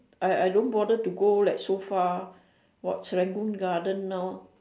I I don't bother to go like so far what Serangoon-garden hor